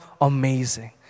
amazing